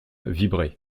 vibraient